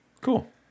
cool